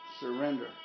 Surrender